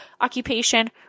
Occupation